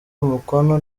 umukono